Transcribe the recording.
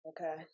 Okay